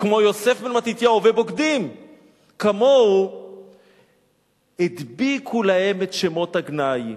כמו יוסף בן מתתיהו ובוגדים כמוהו הדביקו להם את שמות הגנאי,